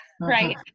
right